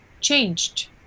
changed